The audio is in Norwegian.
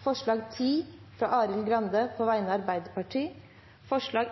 Folkeparti forslag nr. 20, fra Arild Grande på vegne av Arbeiderpartiet